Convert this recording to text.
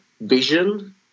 vision